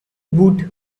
woot